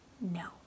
no